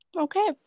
Okay